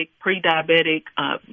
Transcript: pre-diabetic